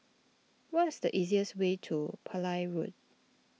what is the easiest way to Pillai Road